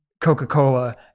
Coca-Cola